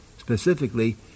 specifically